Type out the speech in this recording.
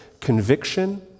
Conviction